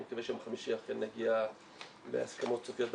אני מקווה שביום חמישי אכן נגיע להסכמות סופיות בוועדה.